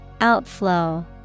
Outflow